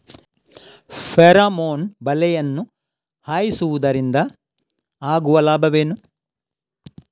Pheromone ಬಲೆಯನ್ನು ಹಾಯಿಸುವುದರಿಂದ ಆಗುವ ಲಾಭವೇನು?